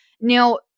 Now